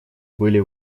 были